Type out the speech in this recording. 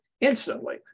Instantly